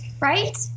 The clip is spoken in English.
Right